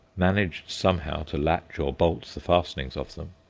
managed somehow to latch or bolt the fastenings of them,